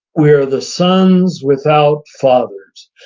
we are the sons without fathers.